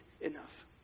enough